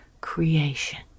creation